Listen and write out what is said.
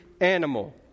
animal